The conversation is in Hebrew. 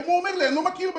הוא אומר היום: לא מכיר בך,